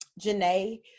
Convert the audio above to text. janae